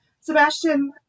Sebastian